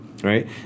Right